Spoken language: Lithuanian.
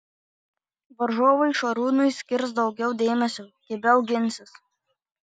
varžovai šarūnui skirs daugiau dėmesio kibiau ginsis